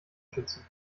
schützen